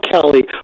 Kelly